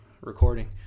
recording –